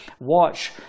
watch